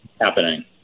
happening